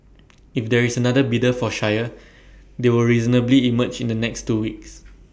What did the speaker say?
if there is another bidder for Shire they will reasonably emerge in the next two weeks